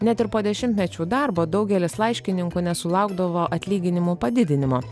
net ir po dešimtmečių darbo daugelis laiškininkų nesulaukdavo atlyginimų padidinimo